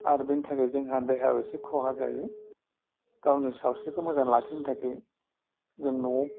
आरो बिनि थाखाय जोंहा देहायाव एसे खहा जायो गावनि सावस्रिखौ मोजां लाखिनो थाखै जों न'आव